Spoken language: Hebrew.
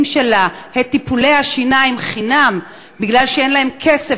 שלה את טיפולי השיניים בגלל שאין להם כסף,